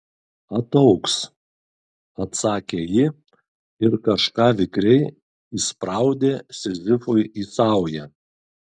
ataugs atsakė ji ir kažką vikriai įspraudė sizifui į saują